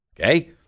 Okay